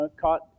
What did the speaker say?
caught